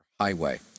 highway